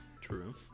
True